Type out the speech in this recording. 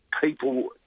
people